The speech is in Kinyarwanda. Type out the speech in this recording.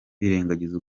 birengagiza